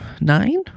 nine